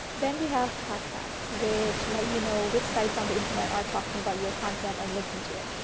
then we have track backs which let you know which sites on the internet are talking about your content and linking to it.